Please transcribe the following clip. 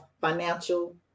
financial